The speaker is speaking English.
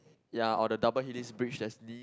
ya or the double helix bridge that's